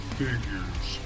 figures